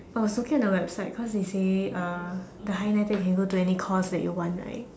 I was looking at the website cause you say uh the higher NITEC you can go to any course that you want right